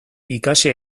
ikasi